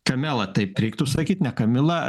kamelą taip reiktų sakyt ne kamila